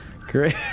Great